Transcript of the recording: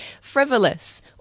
frivolous